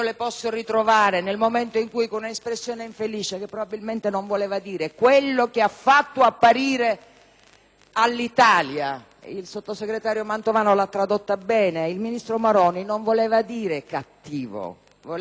sull'l'Italia. Il sottosegretario Mantovano l'ha tradotta bene; il ministro Maroni non voleva dire "cattivo", voleva dire "duro", "severo", "rigido", però quella parola ha,